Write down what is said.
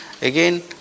Again